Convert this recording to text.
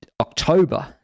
October